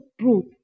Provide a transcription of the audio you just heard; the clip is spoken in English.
truth